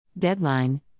Deadline